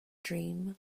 dream